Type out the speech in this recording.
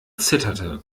zitterte